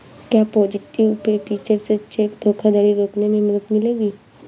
क्या positive pay feature से cheque धोखाधड़ी रोकने में मदद मिलेगी?